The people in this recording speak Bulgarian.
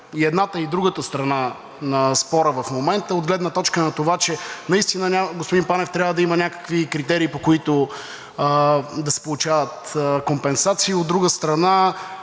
и едната, и другата страна на спора в момента от гледна точка на това, че наистина, господин Панев, трябва да има някакви критерии, по които да се получават компенсации. От друга страна,